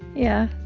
yeah.